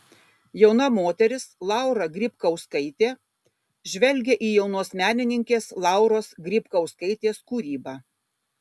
jauna moteris laura grybkauskaitė žvelgia į jaunos menininkės lauros grybkauskaitės kūrybą